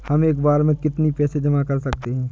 हम एक बार में कितनी पैसे जमा कर सकते हैं?